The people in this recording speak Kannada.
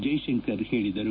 ಜೈಶಂಕರ್ ಹೇಳಿದರು